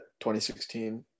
2016